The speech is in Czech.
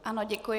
Ano, děkuji.